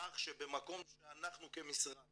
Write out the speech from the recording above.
כך שבמקום שאנחנו כמשרד